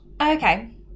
Okay